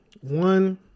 One